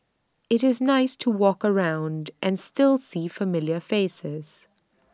IT is nice to walk around and still see familiar faces